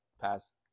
pass